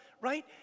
right